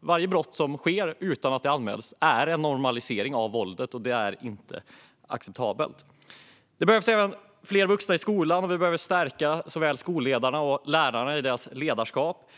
Varje brott som sker utan att det anmäls är en normalisering av våldet, och det är inte acceptabelt. Det behövs även fler vuxna i skolan. Vi behöver stärka såväl skolledarna som lärarna i deras ledarskap.